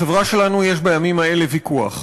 בחברה שלנו יש בימים האלה ויכוח.